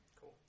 Cool